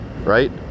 right